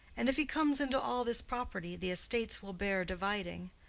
and if he comes into all this property, the estates will bear dividing.